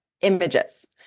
images